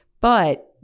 But-